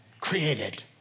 created